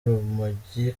urumogi